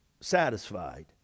satisfied